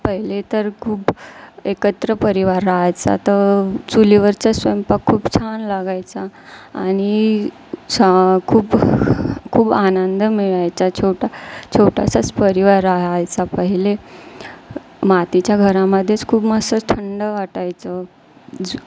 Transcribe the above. पहिले तर खूप एकत्र परिवार राहायचा तर चुलीवरचा स्वयंपाक खूप छान लागायचा आणि खूप खूप आनंद मिळायचा छोटा छोटासाच परिवार राहायचा पहिले मातीच्या घरामध्येच खूप मस्त थंड वाटायचं जरा